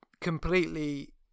completely